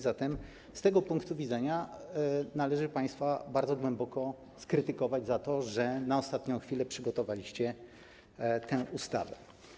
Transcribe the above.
Zatem z tego punktu widzenia należy państwa bardzo głęboko krytykować za to, że na ostatnią chwilę przygotowaliście tę ustawę.